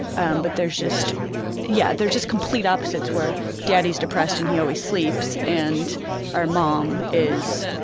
and but there's just yeah, there's just complete opposites where daddy's depressed and he always sleeps, and our mom is,